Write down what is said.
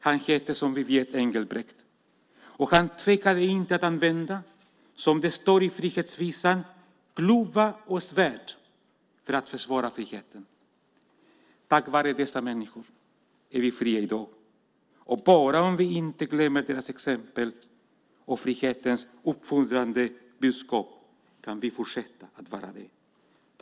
Han hette, som vi vet, Engelbrekt och han tvekade inte att använda, som det står i Frihetsvisan , klubba och svärd för att försvara friheten. Tack vare dessa människor är vi fria i dag, och bara om vi inte glömmer deras exempel och frihetens uppfordrande budskap kan vi fortsätta att vara det.